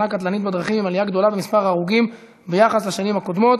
שנה קטלנית בדרכים עם עלייה גדולה במספר ההרוגים ביחס לשנים קודמות,